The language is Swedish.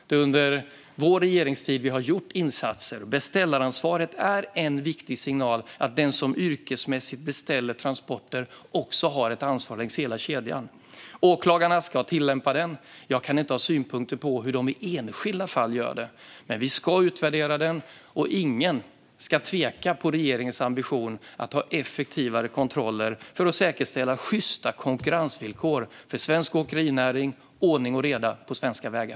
Det är under vår regeringstid vi har gjort insatser. Beställaransvaret är en viktig signal att den som yrkesmässigt beställer transporter också har ett ansvar längs hela kedjan. Åklagarna ska tillämpa detta. Jag kan inte ha synpunkter på hur de gör det i enskilda fall. Men vi ska utvärdera det, och ingen ska tvivla på regeringens ambition att ha effektivare kontroller för att säkerställa sjysta konkurrensvillkor för svensk åkerinäring och ordning och reda på svenska vägar.